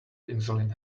insulin